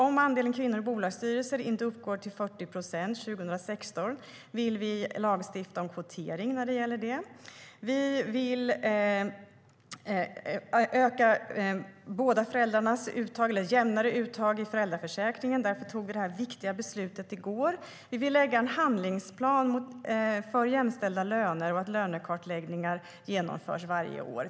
Om andelen kvinnor i bolagsstyrelser inte uppgår till 40 procent 2016 vill vi lagstifta om kvotering. Vi vill öka båda föräldrarnas uttag i föräldraförsäkringen så att det blir jämnare, och därför fattade vi gårdagens viktiga beslut. Vi vill lägga fram en handlingsplan för jämställda löner, och vi vill att lönekartläggningar ska genomföras varje år.